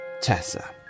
Tessa